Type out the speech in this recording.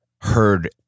heard